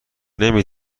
نمی